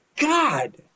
God